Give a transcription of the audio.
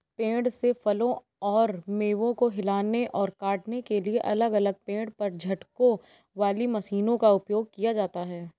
पेड़ से फलों और मेवों को हिलाने और काटने के लिए अलग अलग पेड़ पर झटकों वाली मशीनों का उपयोग किया जाता है